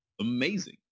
amazing